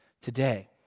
today